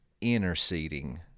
interceding